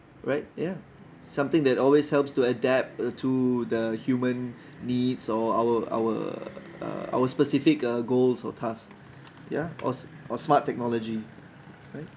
right ya something that always helps to adapt to the human needs or our our uh our specific uh goals or task ya or or smart technology right